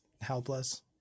helpless